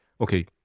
okay